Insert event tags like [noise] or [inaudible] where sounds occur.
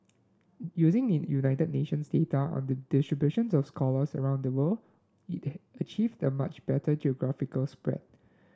using in United Nations data on the distributions of scholars around the world it [unintelligible] achieved a much better geographical spread